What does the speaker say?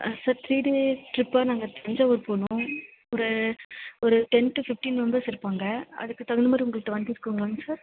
sir three days ட்ரிப்பாக நாங்கள் தஞ்சாவூர் போகணும் ஒரு ஒரு டென் டு பிஃப்டின் மெம்பெர்ஸ் இருப்பாங்கள் அதுக்கு தகுந்த மாதிரி உங்களுக்கு வண்டி இருக்குதுங்களா சார்